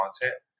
content